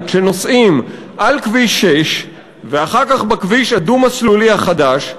שנוסעים על כביש 6 ואחר כך בכביש הדו-מסלולי החדש,